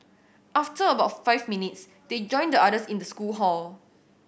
after about five minutes they joined the others in the school hall